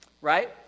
right